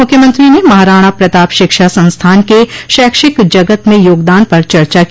मुख्यमंत्री ने महाराणा प्रताप शिक्षा संस्थान के शैक्षिक जगत में योगदान पर चर्चा की